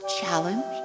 challenge